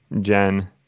Jen